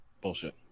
Bullshit